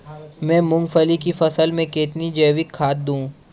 मैं मूंगफली की फसल में कितनी जैविक खाद दूं?